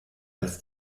als